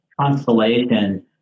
constellation